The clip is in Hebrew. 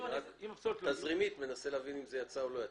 אני מנסה להבין אם זה יצא או לא יצא.